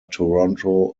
toronto